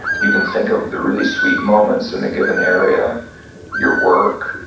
you can think of the really sweet moments in a given area your work,